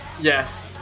Yes